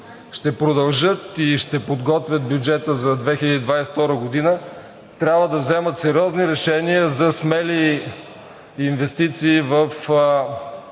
ще продължат и ще подготвят бюджета за 2022 г., трябва да вземат сериозни решения за смели инвестиции в